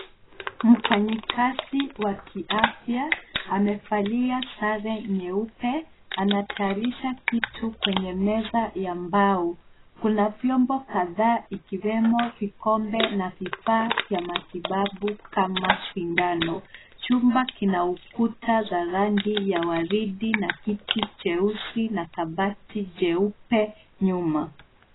Mfanyikazi wa kiafya amevalia sare nyeupe, anatayarisha kitu kwenye meza ya mbao. Kuna vyombo kadhaa ikiwemo vikombe na vifaa vya matibabu kama sindano. Chumba kina ukuta za rangi za waridi na kiti cheusi na kabati jeupe nyuma.